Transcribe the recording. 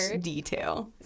detail